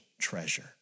treasure